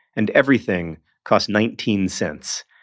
and everything cost nineteen cents,